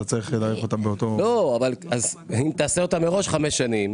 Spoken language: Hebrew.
צריך להאריך אותה -- לא אם תעשה אותה מראש חמש שנים